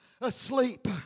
asleep